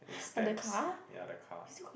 and stamps yea the car